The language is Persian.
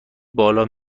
بالا